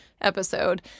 episode